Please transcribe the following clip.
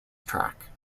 track